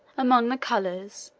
among the colors,